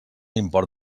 import